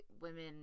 women